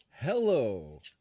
Hello